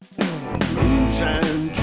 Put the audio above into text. Moonshine